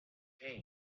pain